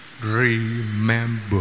remember